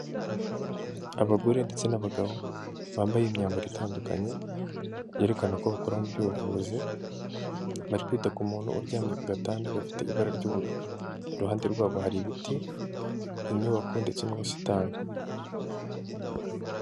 Abagore ndetse n'abagabo bambaye imyambaro itandukanye yerekana ko bakora mu by'ubuvuzi, bari kwita ku muntu uryamye ku gatanda gafite ibara ry'ubururu, iruhande rwabo hari ibiti, inyubako ndetse n'ubusitani.